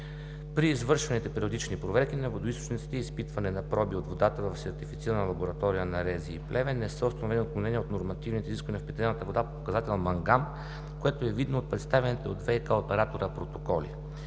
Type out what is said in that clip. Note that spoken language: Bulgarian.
При извършваните периодични проверки на водоизточниците и изпитване на проби от водата в сертифицирана лаборатория на РЗИ – Плевен, не са установени отклонения от нормативните изисквания в питейната вода по показател манган, което е видно от представените от ВиК оператора протоколи.